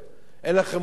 אין לכם מושג,